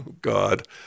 God